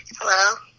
hello